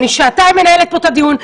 אני שעתיים מנהלת פה את הדיון,